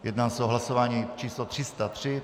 Jedná se o hlasování číslo 303.